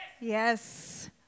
Yes